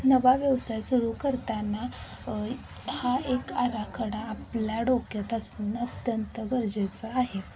नवा व्यवसाय सुरू करताना हा एक आराखडा आपल्या डोक्यात असणं अत्यंत गरजेचं आहे